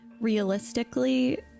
realistically